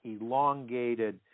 elongated